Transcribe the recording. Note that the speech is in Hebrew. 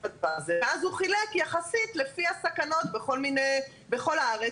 חילקו יחסית לפי הסכנות בכל הארץ,